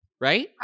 right